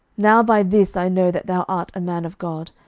now by this i know that thou art a man of god,